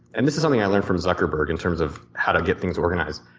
and this is something i learned from zuckerberg in terms of how to get things organized.